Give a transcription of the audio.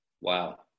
Wow